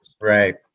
Right